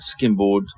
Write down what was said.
skimboard